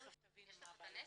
תיכף תבינו מה הבעיה.